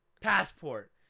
passport